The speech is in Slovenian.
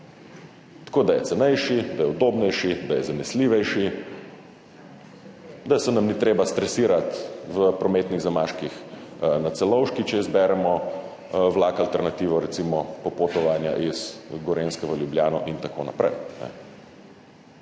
tako da je cenejši, da je udobnejši, da je zanesljivejši, da se nam ni treba stresirati v prometnih zamaških na Celovški, če izberemo vlak, recimo alternativo popotovanja z Gorenjske v Ljubljano in tako naprej.